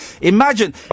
Imagine